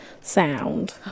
sound